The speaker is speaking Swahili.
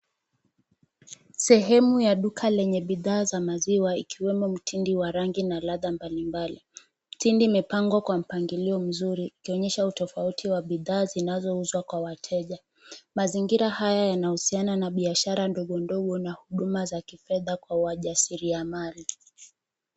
Sehemu ya duka lenye bidhaa za maziwa ikiwemo mtindi wa rangi na ladha mbalimbali. Mtindi imepangwa kwa mpangilio mzuri ikionyesha utofauti wa bidhaa zinazouzwa kwa wateja. Mazingira haya yanahusiana na biashara ndogondogo na huduma za kifedha kwa wajasiriamali.